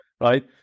right